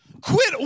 Quit